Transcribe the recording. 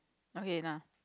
okay nah